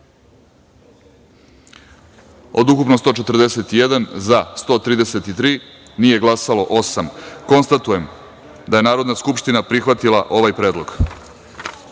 od ukupno 141, za – 133, nije glasalo osam. Konstatujem da je Narodna skupština prihvatila ovaj predlog. Pošto